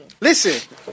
Listen